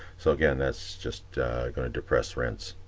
so again, that's just going and to press rents.